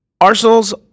Arsenal's